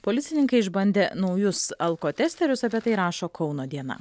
policininkai išbandė naujus alkotesterius apie tai rašo kauno diena